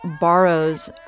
borrows